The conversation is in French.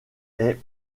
est